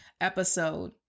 episode